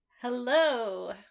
Hello